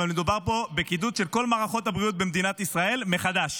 אבל מדובר פה בקידוד של כל מערכות הבריאות במדינת ישראל מחדש.